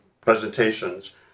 presentations